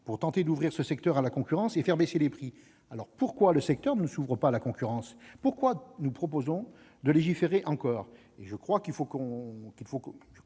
pour tenter d'ouvrir ce secteur à la concurrence et faire baisser les prix. Dès lors, pourquoi le secteur ne s'ouvre-t-il pas à la concurrence ? Pourquoi proposons-nous de légiférer encore ? Il faut que